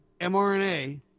MRNA